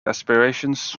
aspirations